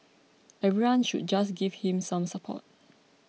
everyone should just give him some support